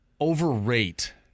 overrate